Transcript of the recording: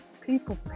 people